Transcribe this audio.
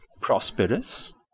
prosperous